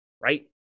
right